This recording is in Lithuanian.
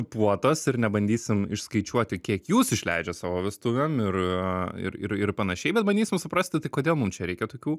puotos ir nebandysim išskaičiuoti kiek jūs išleidžiat savo vestuvėm ir ir ir ir panašiai bet bandysim suprasti tai kodėl mum čia reikia tokių